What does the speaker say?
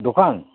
দোকান